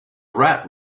rat